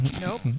Nope